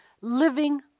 living